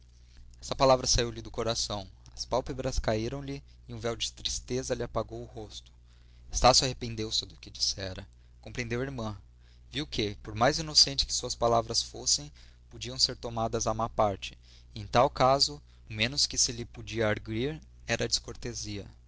esta palavra saiu-lhe do coração as pálpebras caíram lhe e um véu de tristeza lhe apagou o rosto estácio arrependeu-se do que dissera compreendeu a irmã viu que por mais inocentes que suas palavras fossem podiam ser tomadas à má parte e em tal caso o menos que se lhe podia argüir era